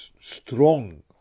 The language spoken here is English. strong